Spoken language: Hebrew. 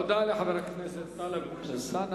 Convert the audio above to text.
תודה לחבר הכנסת טלב אלסאנע.